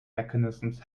mechanisms